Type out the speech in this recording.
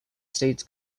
states